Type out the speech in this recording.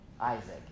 Isaac